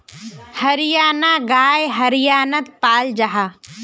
हरयाना गाय हर्यानात पाल जाहा